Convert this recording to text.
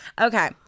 Okay